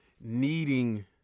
needing